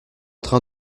train